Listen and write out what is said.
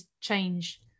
change